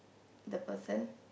the person